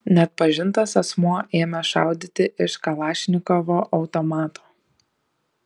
neatpažintas asmuo ėmė šaudyti iš kalašnikovo automato